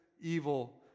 evil